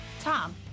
Tom